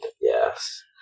yes